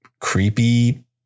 creepy